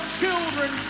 children